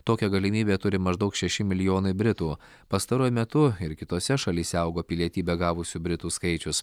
tokią galimybę turi maždaug šeši milijonai britų pastaruoju metu ir kitose šalyse augo pilietybę gavusių britų skaičius